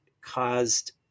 caused